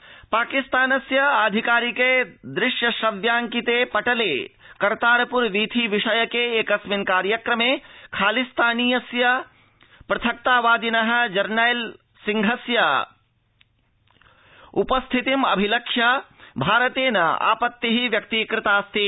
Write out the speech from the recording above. भारतम्करतारपुरम् पाकिस्तानस्य आधिकारिके दृश्यश्रव्याङ्किते पटले करतारप्र वीथी विषयके एकस्मिन् कार्यक्रमे खालिस्तानीयस्य प्थक्तावादिनः जरनैल सिंह भिंडरावालस्य उपस्थितिम् अभिलक्ष्य भारतेन आपत्तिः व्यक्तीकतास्ति